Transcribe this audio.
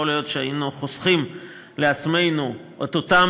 יכול להיות שהיינו חוסכים לעצמנו את אותם